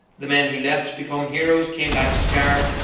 the men who left to become heroes came back scarred,